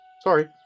Sorry